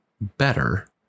better